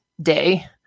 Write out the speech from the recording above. day